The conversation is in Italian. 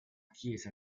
chiesa